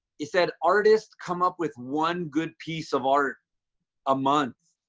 he said artists come up with one good piece of art a month.